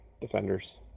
Defenders